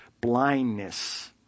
blindness